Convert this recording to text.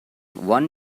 one